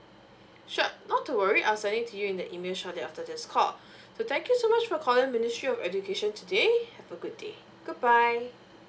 sure not to worry I'll send it to you in the email shortly after this call so thank you so much for calling ministry of education today have a good day good bye